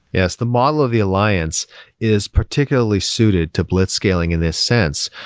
yes. the model of the alliance is particularly suited to blitzscaling in this sense,